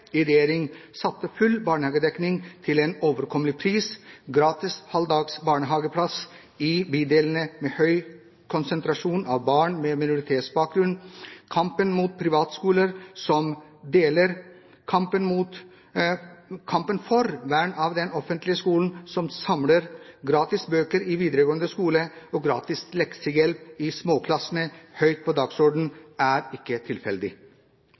overkommelig pris, gratis halvdags barnehageplass i bydelene med høy konsentrasjon av barn med minoritetsbakgrunn, kampen mot privatskoler, som deler, kampen for vern av den offentlige skolen, som samler, gratis bøker i videregående skole og gratis leksehjelp i småskolen, høyt på dagsordenen, er ikke tilfeldig.